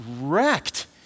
wrecked